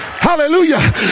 Hallelujah